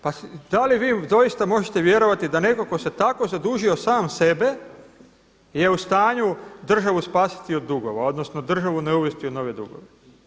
Pa da li vi doista možete vjerovati da netko tko se tako zadužio sam sebe je u stanju državu spasiti od dugova, odnosno državu ne uvesti u nove dugove.